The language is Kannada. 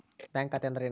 ಬ್ಯಾಂಕ್ ಖಾತೆ ಅಂದರೆ ಏನು?